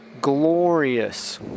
glorious